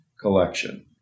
collection